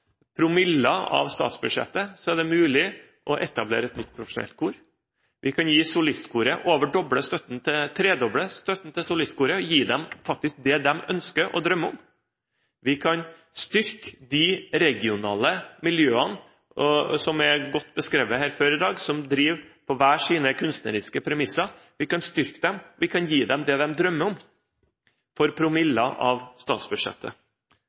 av statsbudsjettet, å etablere et nytt profesjonelt kor. Vi kan tredoble støtten til Solistkoret, faktisk gi dem det de ønsker og drømmer om. Vi kan styrke de regionale miljøene, som er godt beskrevet her før i dag, som driver på hver sine kunstneriske premisser. Vi kan styrke dem, vi kan gi dem det de drømmer om for promiller av statsbudsjettet.